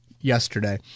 yesterday